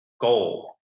goal